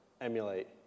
emulate